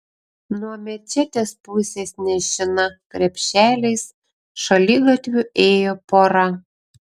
nuo mečetės pusės nešina krepšeliais šaligatviu ėjo pora